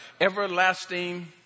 everlasting